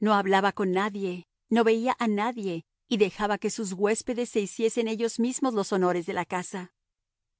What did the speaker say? no hablaba con nadie no veía a nadie y dejaba que sus huéspedes se hiciesen ellos mismos los honores de la casa